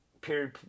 period